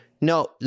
No